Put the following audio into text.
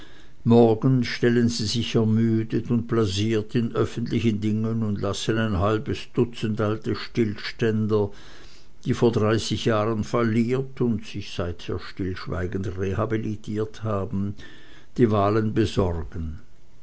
morgen stellen sie sich übermüdet und blasiert in öffentlichen dingen und lassen ein halbes dutzend alte stillständer die vor dreißig jahren falliert und sich seither stillschweigend rehabilitiert haben die wahlen besorgen